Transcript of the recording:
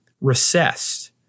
recessed